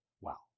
Wow